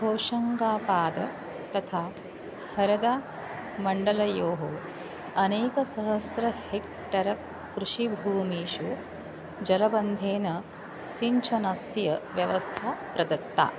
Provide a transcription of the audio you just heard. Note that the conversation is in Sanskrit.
होशंगाबाद तथा हरदा मण्डलयोः अनेकसहस्रं हेक्टेर् कृषिभूमिषु जलबन्धेन सिञ्चनस्य व्यवस्था प्रदत्ता